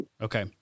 okay